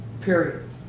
period